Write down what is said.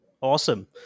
Awesome